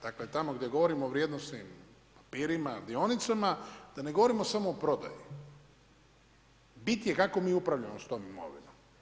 Dakle, tamo gdje govorimo o vrijednosnim papirima, dionicama, da ne govorimo samo o prodaji, bit je kako mi upravljamo sa tom imovinom.